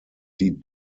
die